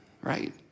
right